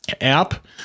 app